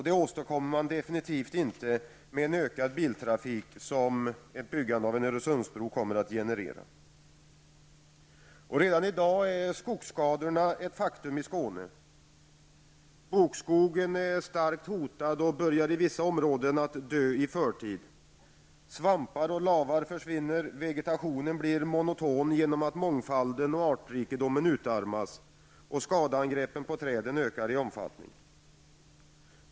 Det åstadkommer man definitivt inte med ökad biltrafik som ett byggande av Öresundsbron kommer att generera. Redan i dag är skogsskadorna ett faktum i Skåne. Bokskogen är starkt hotad och börjar i vissa områden att dö i förtid. Svampar och lavar försvinner, vegetationen blir monoton genom att mångfalden och artrikedomen utarmas, och skadeangreppen på träden ökar i omfattning.